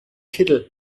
kittel